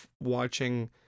watching